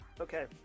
Okay